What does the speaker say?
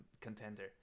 contender